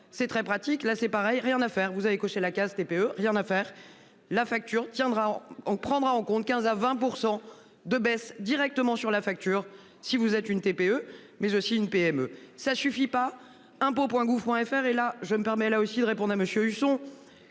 c'est très pratique, là c'est pareil, rien à faire, vous avez coché la case TPE, rien à faire. La facture tiendra on prendra en compte 15 à 20% de baisse directement sur la facture. Si vous êtes une TPE, mais aussi une PME ça suffit pas impôts Point gouv Point FR et là je me permets là aussi de répondre à Monsieur Husson